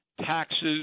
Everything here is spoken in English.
taxes